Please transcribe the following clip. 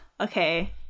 okay